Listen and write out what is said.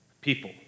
People